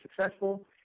successful